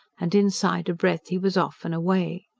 and inside a breath he was off and away.